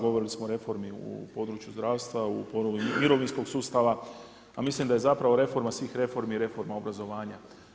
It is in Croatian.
Govorili smo o reformi o području zdravstva, u području mirovinskog sustava, a mislim da je zapravo reforma svih reformi reforma obrazovanja.